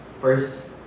First